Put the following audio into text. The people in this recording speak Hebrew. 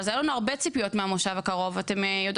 אני מאוד מקווה שגם בתקופת המעבר הזו,